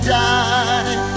die